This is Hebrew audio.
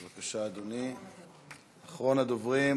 בבקשה, אדוני, אחרון הדוברים.